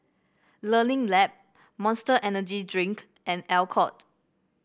Learning Lab Monster Energy Drink and Alcott